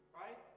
right